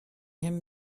him